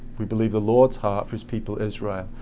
we believe the lord's heart, for his people israel.